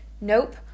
Nope